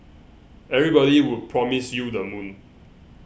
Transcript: everybody would promise you the moon